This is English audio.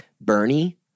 Bernie